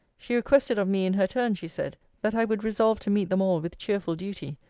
she requested of me in her turn, she said, that i would resolve to meet them all with cheerful duty,